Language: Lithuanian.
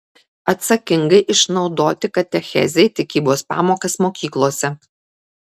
atsakingai išnaudoti katechezei tikybos pamokas mokyklose